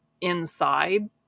inside